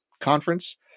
conference